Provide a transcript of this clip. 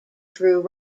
through